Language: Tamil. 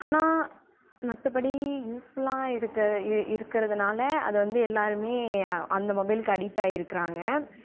ஆனால் மற்றபடி யூஸ் ஃபுல்லாக இருக்கது இ இருக்கிறதுனால அது வந்து எல்லாருமே அந்த மொபைலுக்கு அடிக்ட் ஆயிருக்கிறாங்க